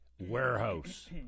warehouse